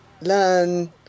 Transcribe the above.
learn